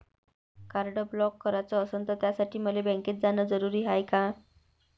Card block कराच असनं त त्यासाठी मले बँकेत जानं जरुरी हाय का?